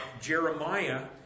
Jeremiah